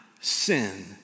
sin